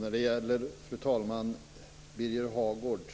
Fru talman! När det gäller Birger Hagårds